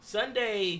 Sunday